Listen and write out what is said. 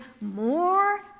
more